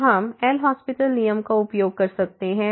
तो हम L'Hospital LHospital नियम का उपयोग कर सकते हैं